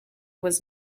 was